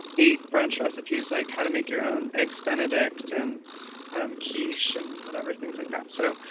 eight brunch recipes, like how to make your own eggs benedict and um quiche, and whatever things like that. so,